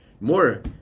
More